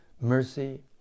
mercy